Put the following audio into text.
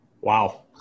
Wow